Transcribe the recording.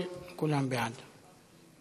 כולם בעד.